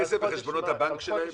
הכסף בחשבונות הבנק שלהם?